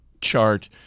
chart